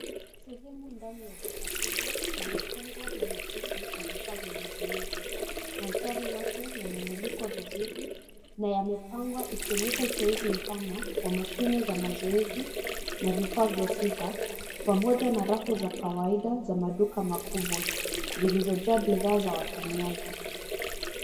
Sehemu ndani ya duka kubwa iliyotengwa mahususi kwa vifaa vya mazoezi. Mandhari yote yamemulikwa vizuri na yamepangwa ikionyesha uteuzi mpana wa mashine za mazoezi na vifaa vya siha, pamoja na rafu za kawaida za maduka makubwa zilizojaa bidhaa za watumiaji.